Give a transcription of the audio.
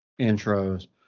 intros